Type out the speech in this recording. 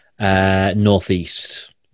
Northeast